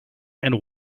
and